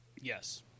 yes